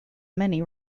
many